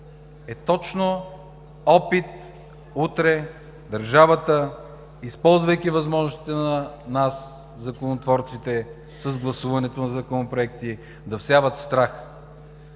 е точно опит утре държавата, използвайки възможностите на нас – законотворците, с гласуването на законопроекти, да всяват страх.